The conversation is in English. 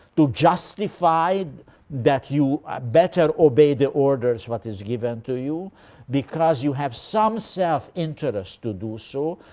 to justify that you better obey the orders, what is given to you because you have some self interest to do so,